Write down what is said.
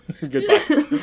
Goodbye